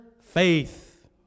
faith